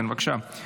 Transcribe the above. כן, בבקשה.